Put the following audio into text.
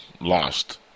lost